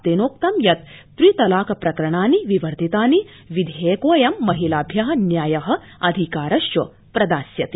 तक्कित यत् त्रि तलाक प्रकरणानि विवर्धितानि विध्यक्रीऽयं महिलाभ्य न्याय अधिकारश्च प्रदास्यति